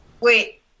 Wait